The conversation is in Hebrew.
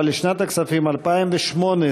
אבל לשנת הכספים 2018,